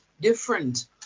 different